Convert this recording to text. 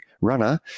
runner